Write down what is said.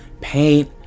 paint